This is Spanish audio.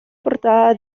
portada